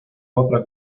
otra